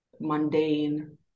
mundane